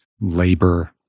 labor